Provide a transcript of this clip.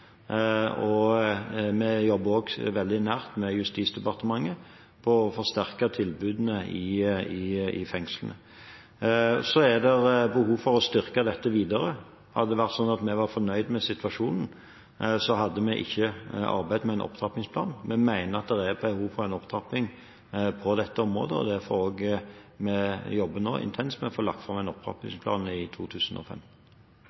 og vi jobber også veldig nært med Justisdepartementet for å forsterke tilbudene i fengslene. Så er det behov for å styrke dette videre. Hadde det vært sånn at vi var fornøyd med situasjonen, hadde vi ikke arbeidet med en opptrappingsplan. Vi mener det er behov for en opptrapping på dette området, og det er også derfor vi nå jobber intenst med å få lagt fram en opptrappingsplan i 2015.